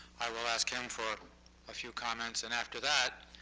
i will ask him for a few comments. and after that,